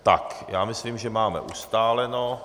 Tak, já myslím, že máme ustáleno.